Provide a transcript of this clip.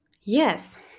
yes